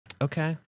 Okay